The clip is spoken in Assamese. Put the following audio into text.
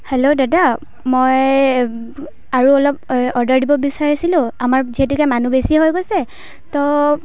হেল্ল' দাদা মই আৰু অলপ অৰ্ডাৰ দিব বিচাৰিছিলোঁ আমাৰ যিহেতুকে মানুহ বেছি হৈ গৈছে ত'